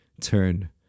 turn